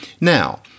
Now